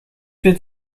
weet